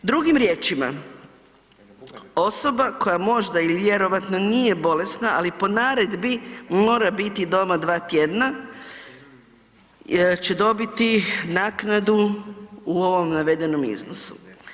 Drugim riječima, osoba koja možda ili vjerojatno nije bolesna, ali po naredbi mora biti doma dva tjedna će dobiti naknadu u ovom navedenom iznosu.